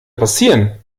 passieren